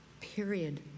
period